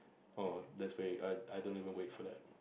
oh that's pretty I I don't even wait for that